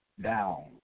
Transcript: down